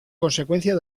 consecuencia